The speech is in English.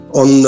on